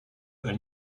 elles